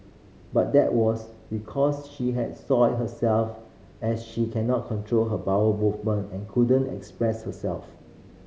but that was because she had soiled herself as she cannot control her bowel movement and couldn't express herself